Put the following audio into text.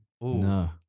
No